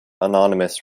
anonymous